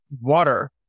water